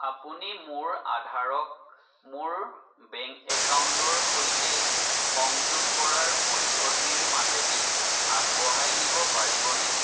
আপুনি মোৰ আধাৰক মোৰ বেংক একাউণ্টৰ সৈতে সংযোগ কৰাৰ পদ্ধতিৰ মাজেদি আগবঢ়াই নিব পাৰিবনে